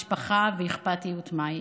משפחה ואכפתיות מהי.